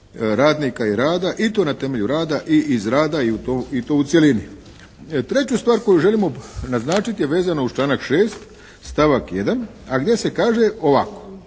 radnika i rada i to na temelju rada i iz rada i to u cjelini. Treću stvar koju želimo naznačiti je vezano uz članak 6. stavak 1. a gdje se kaže ovako,